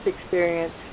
experience